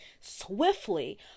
swiftly